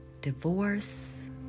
divorce